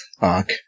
arc